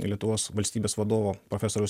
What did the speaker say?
lietuvos valstybės vadovo profesoriaus